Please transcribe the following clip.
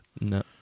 No